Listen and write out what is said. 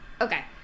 Okay